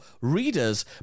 readers